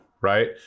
right